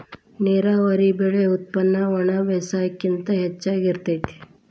ನೇರಾವರಿ ಬೆಳೆ ಉತ್ಪನ್ನ ಒಣಬೇಸಾಯಕ್ಕಿಂತ ಹೆಚಗಿ ಇರತತಿ